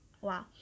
Wow